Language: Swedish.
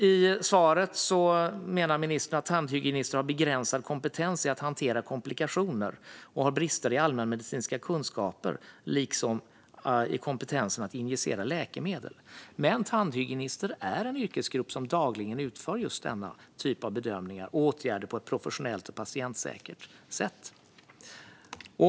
I svaret menar ministern att tandhygienister har begränsad kompetens i att hantera komplikationer och har brister i allmänmedicinska kunskaper liksom i kompetensen att injicera läkemedel. Men tandhygienister är en yrkesgrupp som dagligen utför denna typ av bedömningar, återigen på ett professionellt och patientsäkert sätt.